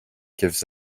gives